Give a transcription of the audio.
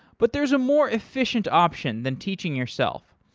but there is a more efficient option than teaching yourself.